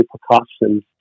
precautions